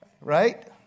Right